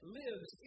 lives